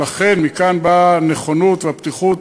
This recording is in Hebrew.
ולכן מכאן באות הנכונות והפתיחות